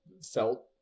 felt